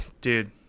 dude